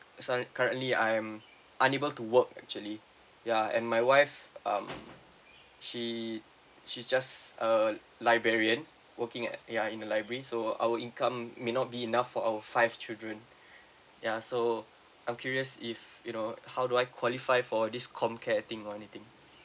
sudden~ currently I am unable to work actually ya and my wife um she she's just a librarian working at ya in the library so our income may not be enough for our five children ya so I'm curious if you know how do I qualify for this comcare thing or anything